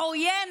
העוינת,